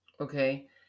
Okay